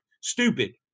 Stupid